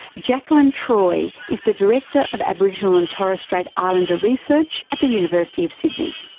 jakelin troy is the director of aboriginal and torres strait islander research at the university of sydney.